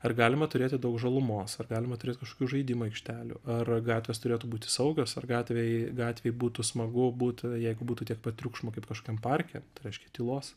ar galima turėti daug žalumos ar galima turėt kažkokių žaidimų aikštelių ar gatvės turėtų būti saugios ar gatvėj gatvėj būtų smagu būt jeigu būtų tiek pat triukšmo kaip kažkokiam parke tai reiškia tylos